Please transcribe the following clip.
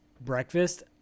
breakfast